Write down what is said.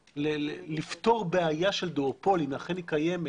לפתור בעיה של דואופול, אם אכן קיימת